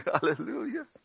Hallelujah